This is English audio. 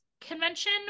Convention